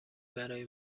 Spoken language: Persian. برای